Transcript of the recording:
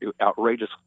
outrageous